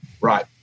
right